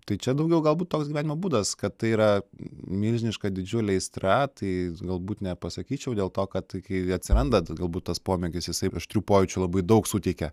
tai čia daugiau galbūt toks gyvenimo būdas kad tai yra milžiniška didžiulė aistra tai galbūt nepasakyčiau dėl to kad iki atsirandant galbūt tas pomėgis jisai aštrių pojūčių labai daug suteikia